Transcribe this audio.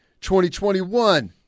2021